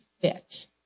fit